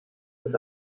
das